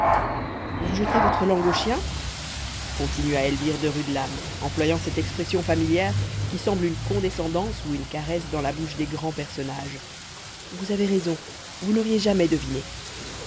vous jetez votre langue aux chiens continua elvire de rudelame employant cette expression familière qui semble une condescendance ou une caresse dans la bouche des grands personnages vous avez raison vous n'auriez jamais deviné